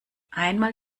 einmal